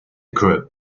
group